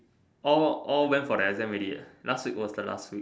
all all went for the exam already eh last week was the last week